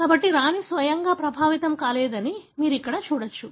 కాబట్టి రాణి స్వయంగా ప్రభావితం కాలేదని మీరు ఇక్కడ చూడవచ్చు